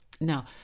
Now